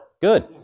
Good